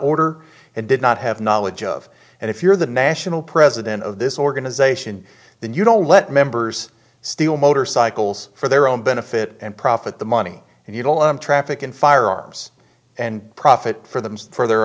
order and did not have knowledge of and if you're the national president of this organization then you don't let members steal motorcycles for their own benefit and profit the money and you don't lump traffic in firearms and profit for them for their